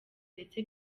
ndetse